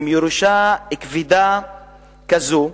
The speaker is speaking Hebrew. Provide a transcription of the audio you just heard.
עם ירושה כבדה כזאת,